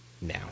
now